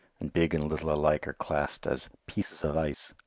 and big and little alike are classed as pieces of ice!